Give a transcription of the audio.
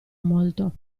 molto